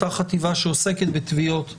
אותה חטיבה שעוסקת בתביעות הביטוח,